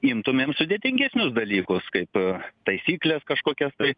imtumėm sudėtingesnius dalykus kaip taisykles kažkokias tai